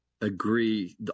agree